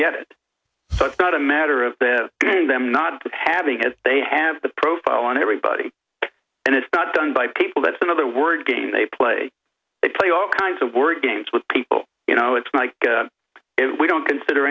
get it so it's not a matter of them not having as they have the profile on everybody and it's not done by people that's another word game they play it play all kinds of word games with people you know it's like we don't consider